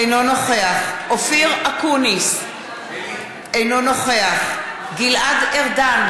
אינו נוכח אופיר אקוניס, אינו נוכח גלעד ארדן,